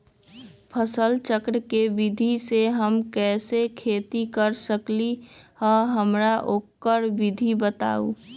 फसल चक्र के विधि से हम कैसे खेती कर सकलि ह हमरा ओकर विधि बताउ?